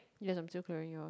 yes I'm still clearing yours